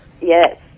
Yes